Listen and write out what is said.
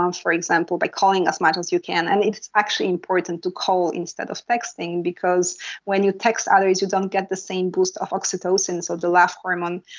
um for example, by calling as much as you can. and it's actually important to call instead of texting because when you text others you don't get the same boost of oxytocin, so the laugh hormone,